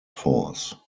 force